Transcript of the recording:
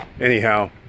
anyhow